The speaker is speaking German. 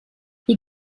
ihr